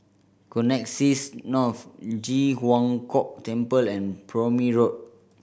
Connexis North Ji Huang Kok Temple and Prome Road